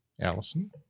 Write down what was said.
Allison